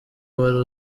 wari